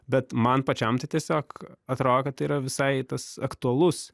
bet man pačiam tai tiesiog atro kad tai yra visai tas aktualus